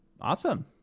Awesome